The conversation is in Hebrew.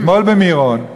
אתמול במירון,